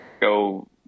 go